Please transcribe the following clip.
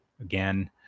Again